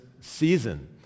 season